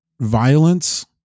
Violence